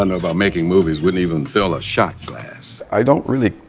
um about making movies wouldn't even fill a shot glass. i don't really,